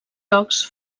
jocs